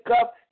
up